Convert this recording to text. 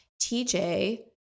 TJ